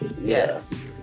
yes